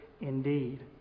indeed